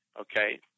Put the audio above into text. Okay